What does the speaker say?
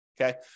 Okay